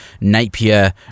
Napier